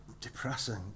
depressing